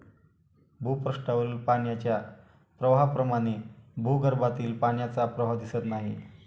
भूपृष्ठावरील पाण्याच्या प्रवाहाप्रमाणे भूगर्भातील पाण्याचा प्रवाह दिसत नाही